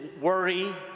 worry